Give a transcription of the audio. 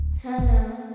Hello